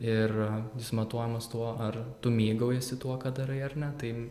ir jis matuojamas tuo ar tu mėgaujiesi tuo ką darai ar ne tai